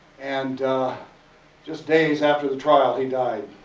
and just days after the trial he died.